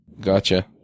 Gotcha